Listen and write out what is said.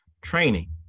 training